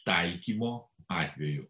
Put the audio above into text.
taikymo atvejų